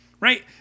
right